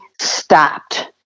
stopped